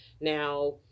Now